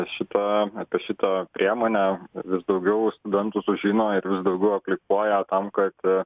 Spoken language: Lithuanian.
šita apie šitą priemonę vis daugiau studentų sužino ir vis daugiau aplikuoja tam kad